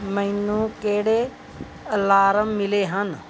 ਮੈਨੂੰ ਕਿਹੜੇ ਅਲਾਰਮ ਮਿਲੇ ਹਨ